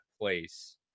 place